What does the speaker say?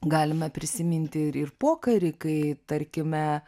galime prisiminti ir ir pokarį kai tarkime